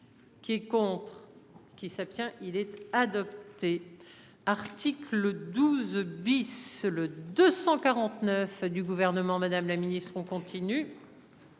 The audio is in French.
Qui est contre qui s'abstient il être adopté. Article 12 bis le 249. Fait du gouvernement Madame la Ministre on continue.